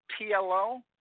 PLO